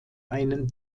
einen